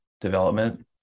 development